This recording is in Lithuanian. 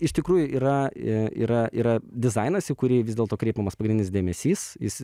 iš tikrųjų yra ir yra yra dizainas į kurį vis dėlto kreipiamas pagrindinis dėmesys jis